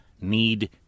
need